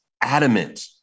adamant